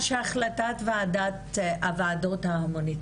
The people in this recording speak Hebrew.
שהבקשות שלהן נדחו ולעומת